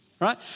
right